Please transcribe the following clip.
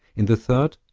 in the third,